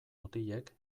mutilek